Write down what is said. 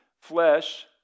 flesh